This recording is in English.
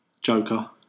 Joker